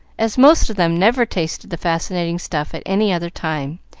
as most of them never tasted the fascinating stuff at any other time,